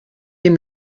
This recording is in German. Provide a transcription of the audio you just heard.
dem